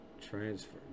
transfer